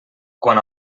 quant